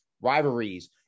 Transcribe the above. rivalries